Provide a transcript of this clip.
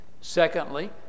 Secondly